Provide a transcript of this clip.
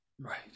right